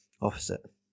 Opposite